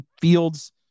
Fields